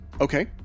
Okay